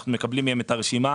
אנחנו מקבלים מהם את הרשימה.